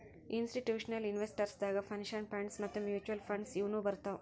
institutional investors ದಾಗ್ pension funds ಮತ್ತ್ mutual funds ಇವ್ನು ಬರ್ತವ್